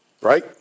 right